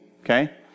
okay